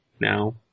now